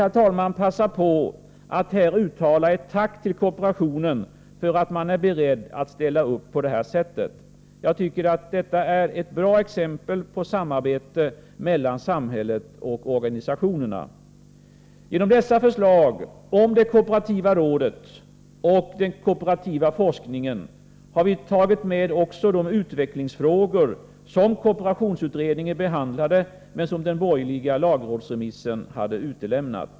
Jag vill passa på att här uttala ett tack till kooperationen för att man är beredd att ställa upp på det här sättet. Jag tycker att detta är ett bra exempel på samarbete mellan samhället och organisationerna. Genom dessa förslag — om det kooperativa rådet och den kooperativa forskningen — har vi tagit med också de utvecklingsfrågor som kooperationsutredningen behandlade, men som den borgerliga lagrådsremissen hade utelämnat.